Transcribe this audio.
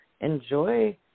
enjoy